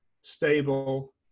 stable